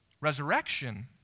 resurrection